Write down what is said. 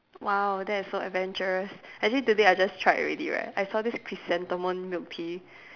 !wow! that is so adventurous actually today I just tried already right I saw this chrysanthemum milk tea